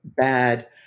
bad